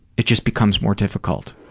it just becomes more difficult.